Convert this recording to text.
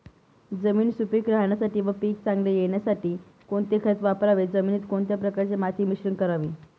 जमीन सुपिक राहण्यासाठी व पीक चांगले येण्यासाठी कोणते खत वापरावे? जमिनीत कोणत्या प्रकारचे माती मिश्रण करावे?